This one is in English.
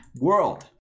world